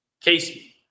Casey